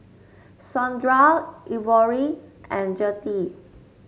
Saundra Ivory and Gertie